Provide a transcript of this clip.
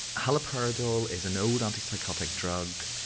haloperidol is an old anti psychotic drug,